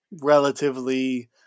relatively